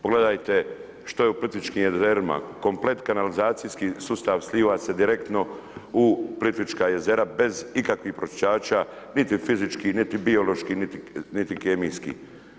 Pogledajte što je u Plitvičkim jezerima, komplet kanalizacijski sustav sliva se direktno u Plitvička jezera bez ikakvih pročišćivača niti fizičkih, niti bioloških, niti kemijskih.